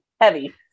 heavy